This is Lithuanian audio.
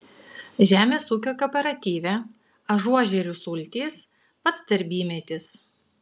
žemės ūkio kooperatyve ažuožerių sultys pats darbymetis